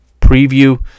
preview